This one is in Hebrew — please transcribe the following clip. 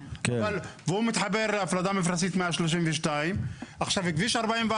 והוא מתחבר הפרדה מפלסית מעל 32. כביש 44